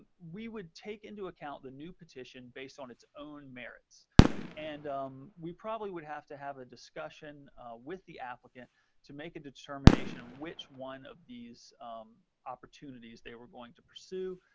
ah we would take into account the new petition based on its own merits and we probably would have to have a discussion with the applicant to make a determination which one of these opportunities they were going to pursue,